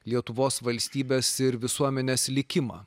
lietuvos valstybės ir visuomenės likimą